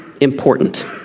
important